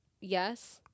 Yes